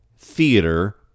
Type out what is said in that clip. theater